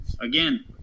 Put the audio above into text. Again